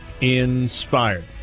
inspired